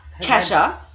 Kesha